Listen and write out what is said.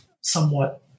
somewhat